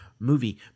movie